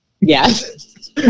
Yes